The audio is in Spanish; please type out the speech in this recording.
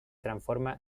transforma